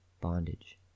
Bondage